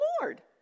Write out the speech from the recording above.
lord